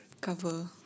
cover